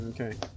Okay